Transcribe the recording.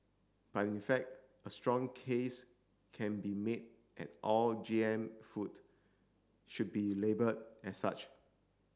but in fact a strong case can be made that all G M food should be labelled as such